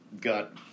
got